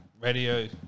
radio